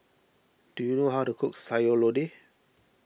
do you know how to cook Sayur Lodeh